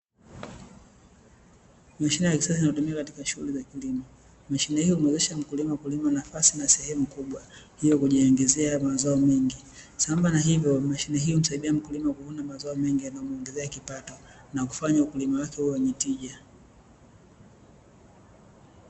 Mashine ya kisasa yanatumiwa katika shughuli za kilimo, mashine hiyo kumwezesha mkulima kulima nafasi na sehemu kubwa yenye kujiongezea mazao mengi sambamba na hivyo, mashine hii inamsaidia mkulima kuvuna mazao mengi yanayomuongezea kipato na kufanya ukulima wake wenye tija.